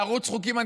להריץ חוקים,